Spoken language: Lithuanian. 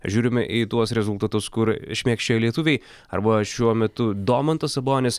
žiūrime į tuos rezultatus kur šmėkščioja lietuviai arba šiuo metu domantas sabonis